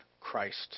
Christ